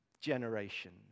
generations